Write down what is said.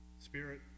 Spirit